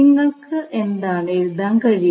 നിങ്ങൾക്ക് ഇതാണ് എഴുതാൻ കഴിയുക